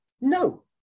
No